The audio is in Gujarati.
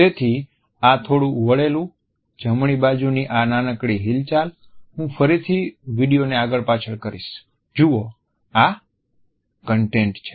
તેથી આ થોડું વળેલું જમણી બાજુની આ નાનકડી હિલચાલ હું ફરીથી વિડીયોને આગળ પાછળ કરીશ જુવો આ કન્ટેન્ટ છે